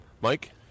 Mike